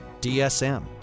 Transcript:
DSM